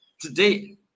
today